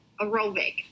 aerobic